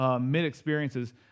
Mid-experiences